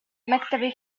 مكتبي